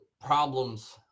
problems